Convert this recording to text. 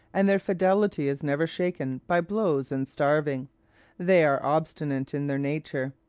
and their fidelity is never shaken by blows and starving they are obstinate in their nature,